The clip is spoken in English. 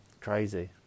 crazy